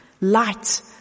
light